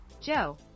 Joe